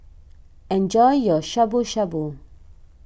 enjoy your Shabu Shabu